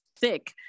thick